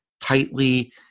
tightly